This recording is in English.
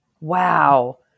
Wow